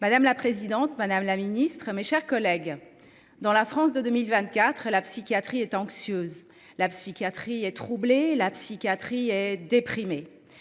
Madame la présidente, madame la ministre, mes chers collègues, dans la France de 2024, la psychiatrie est anxieuse ; la psychiatrie est troublée ; la psychiatrie est déprimée.